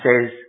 says